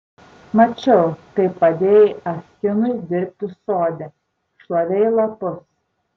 mačiau kaip padėjai ah kinui dirbti sode šlavei lapus